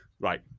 Right